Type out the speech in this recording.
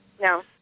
No